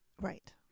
Right